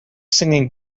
singing